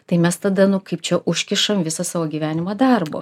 tai mes tada nu kaip čia užkišam visą savo gyvenimą darbu